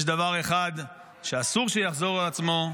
יש דבר אחד שאסור שיחזור על עצמו,